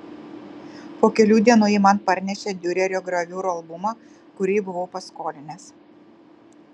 po kelių dienų ji man parnešė diurerio graviūrų albumą kurį buvau paskolinęs